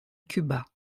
cuba